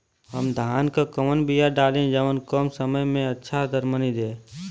हम धान क कवन बिया डाली जवन कम समय में अच्छा दरमनी दे?